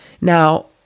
now